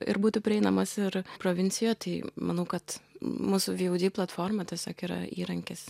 ir būti prieinamas ir provincijoj tai manau kad mūsų vy au dy platforma tiesiog yra įrankis